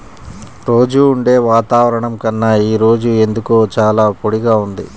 రోజూ ఉండే వాతావరణం కన్నా ఈ రోజు ఎందుకో చాలా పొడిగా ఉంది